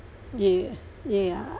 yeah yeah